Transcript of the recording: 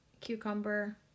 cucumber